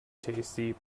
tasty